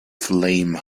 flame